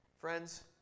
Friends